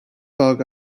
bug